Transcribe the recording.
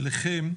אליכם,